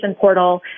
Portal